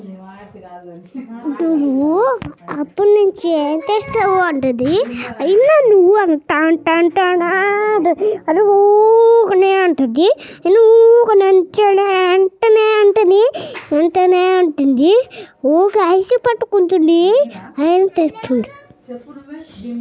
నా ఖాతా స్టేట్మెంట్ పక్కా వారికి ఇస్తరా?